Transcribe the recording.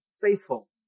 faithful